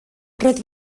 roedd